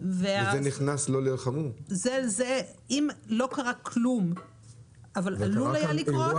אם לא קרה כלום אבל עלול היה לקרות,